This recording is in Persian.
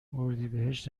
اردیبهشت